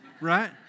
Right